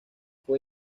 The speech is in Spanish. fue